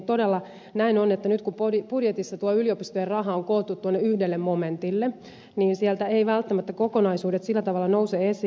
todella näin on että nyt kun budjetissa tuo yliopistojen raha on koottu tuonne yhdelle momentille niin sieltä eivät välttämättä kokonaisuudet sillä tavalla nouse esiin